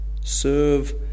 Serve